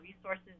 resources